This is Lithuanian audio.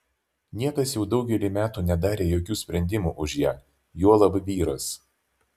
niekas jau daugelį metų nedarė jokių sprendimų už ją juolab vyras